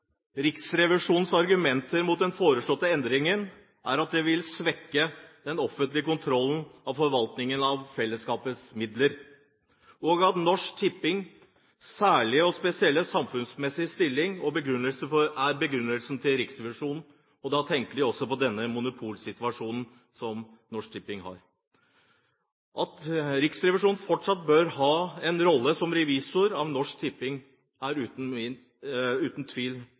Riksrevisjonens argumenter mot den foreslåtte endringen er at dette vil «svekke den offentlige kontroll av forvaltningen av fellesskapets midler». Norsk Tippings særlige og spesielle samfunnsmessige stilling er begrunnelsen til Riksrevisjonen, antakelig også den monopolsituasjonen som Norsk Tipping har. At Riksrevisjonen fortsatt bør ha en rolle som revisor av Norsk Tipping, er uten tvil